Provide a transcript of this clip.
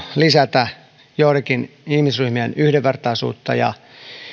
lisätä joidenkin ihmisryhmien yhdenvertaisuutta ja